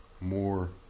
more